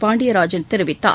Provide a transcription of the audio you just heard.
பாண்டியராஜன் தெரிவித்தார்